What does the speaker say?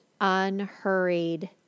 unhurried